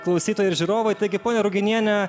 klausytojai ir žiūrovai taigi ponia ruginiene